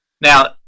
now